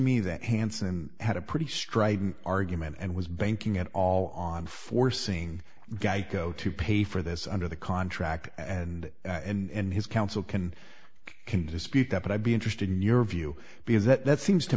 me that hansen had a pretty strident argument and was banking at all on forcing geico to pay for this under the contract and and his counsel can can dispute that but i'd be interested in your view because that seems to